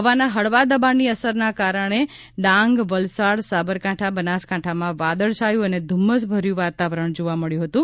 હવાના હળવા દબાણની અસરના કારણે આજે ડાંગ વલસાડ સાબરકાંઠા બનાસકાંઠામાં વાદળછાયું અને ધુમ્મસભર્યું વાતાવરણ જોવા મળ્યું હતું